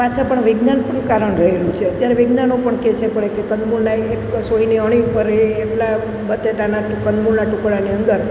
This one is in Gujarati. પાછળ પણ વિજ્ઞાન પણ કારણ રહેલું છે અત્યારે વિજ્ઞાનો પણ કહે છે પણ કે કંદમૂળનાં એક સોયની અણી પર એ એટલા બટેટાના કે કંદમૂળના ટુકડાની અંદર